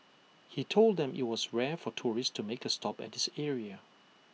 he told them IT was rare for tourists to make A stop at this area